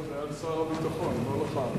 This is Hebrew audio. זה היה לשר הביטחון, לא לך.